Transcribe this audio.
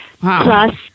Plus